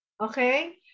Okay